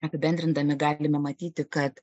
apibendrindami galime matyti kad